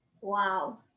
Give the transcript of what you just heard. Wow